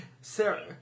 Sarah